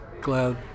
glad